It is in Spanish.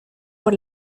por